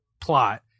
plot